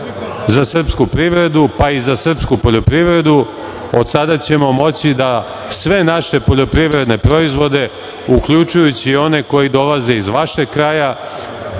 za srpsku privredu, pa i za srpsku poljoprivredu. Od sada ćemo moći da sve naše poljoprivredne proizvode, uključujući i one koji dolaze iz vašeg kraja,